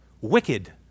Wicked